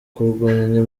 kurwanya